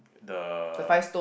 the